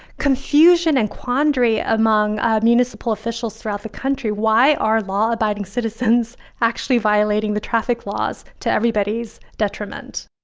confusion and quandary among municipal officials throughout the country. why are law abiding citizens actually violating the traffic laws to everybody's detriment?